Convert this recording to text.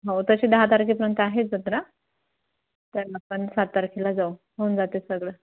हो तशी दहा तारखेपर्यंत आहे जत्रा तर आपण सात तारखेला जाऊ होऊन जातं आहे सगळं